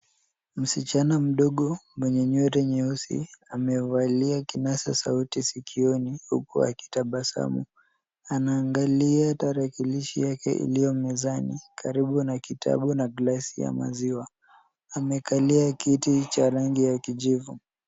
Msichana mdogo mwenye nywele nyeusi amevalia kinasa sauti sikioni huku akitabasamu. Anaangalia tarakilishi yake iliyo mezani , karibu na kitabu na glasi ya maziwa. Amekalia kiti cha rangi ya kijivu.